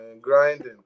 Grinding